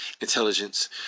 intelligence